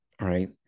right